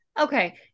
Okay